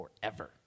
forever